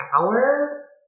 hour